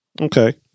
Okay